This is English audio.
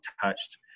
touched